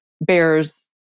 bears